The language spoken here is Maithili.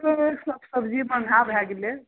सब सब्जी महगा भए गेलै